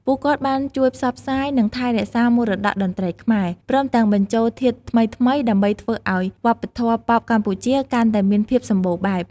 ពួកគាត់បានជួយផ្សព្វផ្សាយ និងថែរក្សាមរតកតន្ត្រីខ្មែរ ព្រមទាំងបញ្ចូលធាតុថ្មីៗដើម្បីធ្វើឱ្យវប្បធម៌ប៉ុបកម្ពុជាកាន់តែមានភាពសម្បូរបែប។